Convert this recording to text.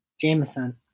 Jameson